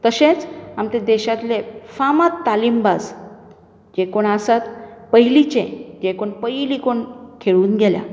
तशेंच आमच्या देशांतले फामाद तालीमबाज जे कोण आसात पयलीचे जे कोण पयली कोण खेळून गेल्या